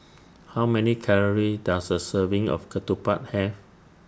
How Many Calories Does A Serving of Ketupat Have